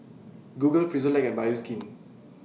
Google Frisolac and Bioskin